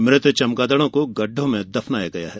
मृत चमगादड़ों को गढ़ढों में दफनाया गया है